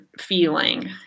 feeling